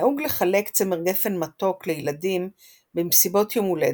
נהוג לחלק צמר גפן מתוק לילדים במסיבות יום הולדת,